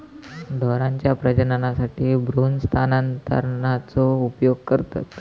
ढोरांच्या प्रजननासाठी भ्रूण स्थानांतरणाचा उपयोग करतत